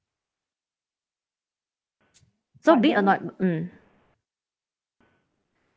so being anoy~ mm